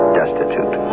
destitute